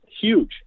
Huge